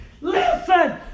Listen